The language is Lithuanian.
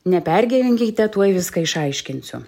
nepergyvenkite tuoj viską išaiškinsiu